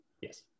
Yes